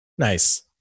Nice